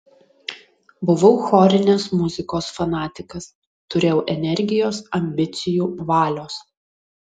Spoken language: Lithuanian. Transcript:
buvau chorinės muzikos fanatikas turėjau energijos ambicijų valios